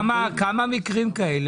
כמה מקרים כאלה?